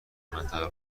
منطقه